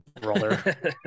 brother